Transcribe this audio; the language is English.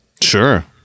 Sure